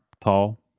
tall